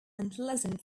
unpleasant